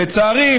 לצערי,